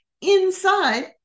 inside